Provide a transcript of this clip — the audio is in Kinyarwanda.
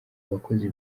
abakozi